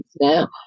now